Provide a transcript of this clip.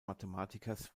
mathematikers